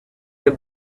the